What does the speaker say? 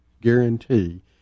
guarantee